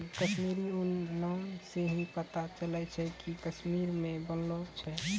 कश्मीरी ऊन नाम से ही पता चलै छै कि कश्मीर मे बनलो छै